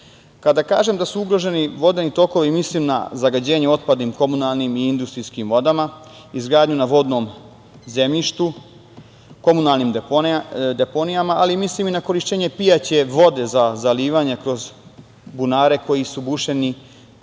kažem da su ugroženi vodeni tokovi, mislim na zagađenje otpadnim, komunalnim i industrijskim vodama, izgradnju na vodnom zemljištu, komunalnim deponijama, ali mislim i na korišćenje pijaće vode za zalivanje kroz bunare koji su bušeni